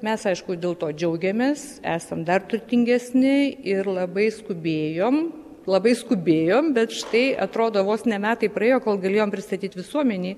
mes aišku dėl to džiaugiamės esam dar turtingesni ir labai skubėjom labai skubėjom bet štai atrodo vos ne metai praėjo kol galėjom pristatyt visuomenei